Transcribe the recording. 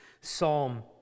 psalm